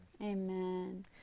Amen